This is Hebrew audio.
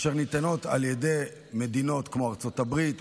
אשר ניתנים על ידי מדינות כמו ארצות הברית,